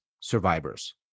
survivors